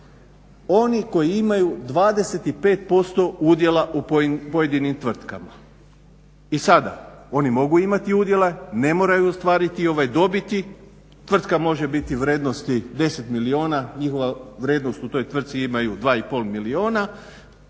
oni koji imaju 25% udjela u pojedinim tvrtkama. I sada oni mogu imati udjele, ne moraju ostvarite ove dobiti, tvrtka može biti u vrijednosti 10 milijuna, njihova vrijednost u toj tvrtci imaju 2 i pol